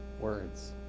words